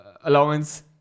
allowance